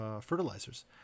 fertilizers